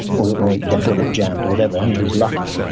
or or the bullet jammed or whatever. anyway, he was lucky.